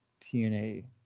TNA